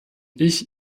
ich